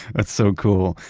that's so cool.